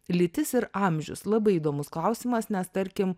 lytis ir amžius labai įdomus klausimas nes tarkim